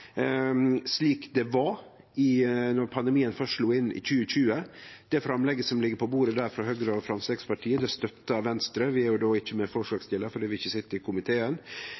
slik det var då pandemien først slo inn, i 2020. Det framlegget som ligg på bordet frå Høgre og Framstegspartiet når det gjeld det, støttar Venstre. Vi er ikkje medforslagsstillar fordi vi ikkje sit i komiteen.